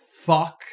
Fuck